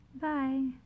Bye